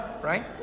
right